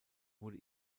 wurde